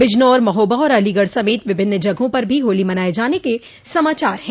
बिजनौर महोबा और अलीगढ़ समेत विभिन्न जगहों पर भी होली मनाये जाने के समाचार हैं